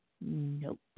nope